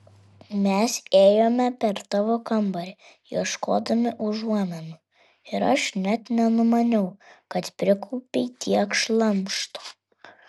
mes ėjome per tavo kambarį ieškodami užuominų ir aš net nenumaniau kad prikaupei tiek šlamšto